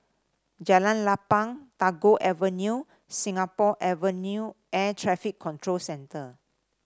Jalan Lapang Tagore Avenue Singapore Avenue Air Traffic Control Centre